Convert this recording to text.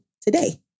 today